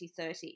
2030